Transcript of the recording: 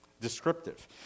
descriptive